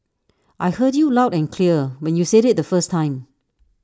I heard you loud and clear when you said IT the first time